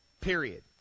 Period